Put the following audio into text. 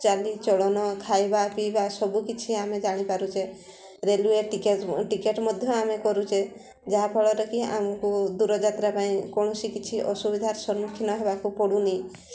ଚାଲିଚଳନ ଖାଇବା ପିଇବା ସବୁ କିଛି ଆମେ ଜାଣିପାରୁଛେ ରେଲୱେ ଟିକେଟ୍ ଟିକେଟ୍ ମଧ୍ୟ ଆମେ କରୁଛେ ଯାହାଫଳରେ କି ଆମକୁ ଦୂରଯାତ୍ରା ପାଇଁ କୌଣସି କିଛି ଅସୁବିଧାର ସମ୍ମୁଖୀନ ହେବାକୁ ପଡ଼ୁନି